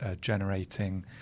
generating